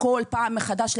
כל פעם מחדש,